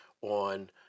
on